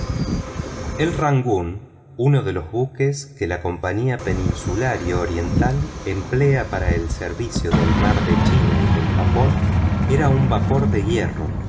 el rangoon uno de los buques que la compañía peninsular y oriental emplea para el servicio del mar de china y del japón era un vapor de hierro